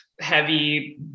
heavy